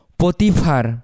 potifar